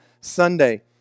Sunday